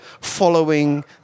following